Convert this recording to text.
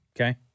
Okay